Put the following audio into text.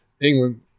England